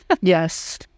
Yes